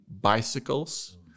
bicycles